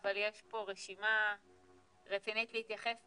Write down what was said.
אבל יש פה רשימה רצינית להתייחס אליה.